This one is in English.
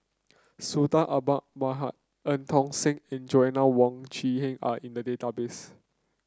Sultan Eu Tong Sen and Joanna Wong Quee Heng are in the database